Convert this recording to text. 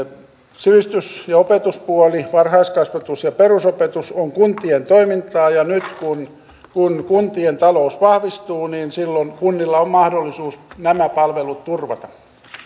sivistys ja opetuspuoli varhaiskasvatus ja perusopetus on kuntien toimintaa ja nyt kun kun kuntien talous vahvistuu silloin kunnilla on mahdollisuus nämä palvelut turvata